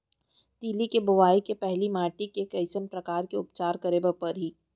तिलि के बोआई के पहिली माटी के कइसन प्रकार के उपचार करे बर परही?